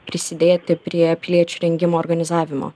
prisidėti prie piliečių rengimo organizavimo